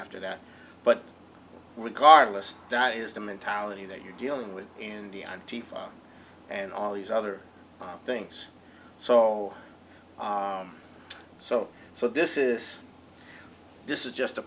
after that but regardless that is the mentality that you're dealing with in the n t five and all these other things so so for this is this is just a